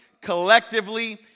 collectively